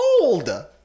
old